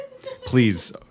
Please